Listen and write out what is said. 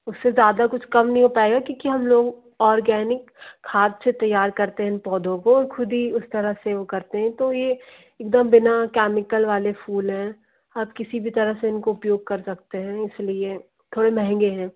उससे ज़्यादा कुछ कम नहीं हो पाएगा क्योंकि हम लोग ऑर्गेनिक खाद से तैयार करते हैं इन पौधों को खुद ही उस तरह से वो करते हैं तो ये एकदम बिना कैमिकल वाले फूल हैं आप किसी भी तरह से इनको उपयोग कर सकते हैं इसलिए थोड़े महँगे हैं